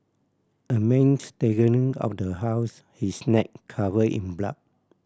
a man staggering out of the house his neck cover in blood